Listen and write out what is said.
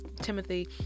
Timothy